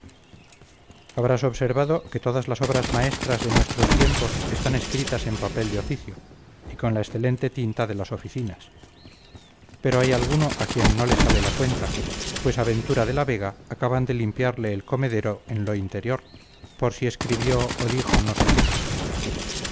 habrás observado que todas las obras maestras de nuestros tiempos están escritas en papel de oficio y con la excelente tinta de las oficinas pero hay alguno a quien no le sale la cuenta pues a ventura de la vega acaban de limpiarle el comedero en lo interior por si escribió o dijo no sé qué